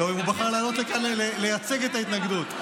הוא בחר לעלות לכאן לייצג את ההתנגדות.